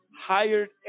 hired